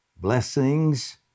blessings